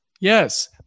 Yes